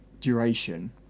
duration